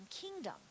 kingdom